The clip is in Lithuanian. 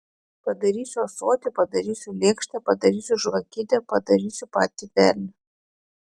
padarysiu ąsotį padarysiu lėkštę padarysiu žvakidę padarysiu patį velnią